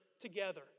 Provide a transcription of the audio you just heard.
together